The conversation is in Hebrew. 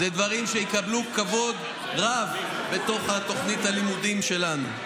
אלו דברים שיקבלו כבוד רב בתוך תוכנית הלימודים שלנו.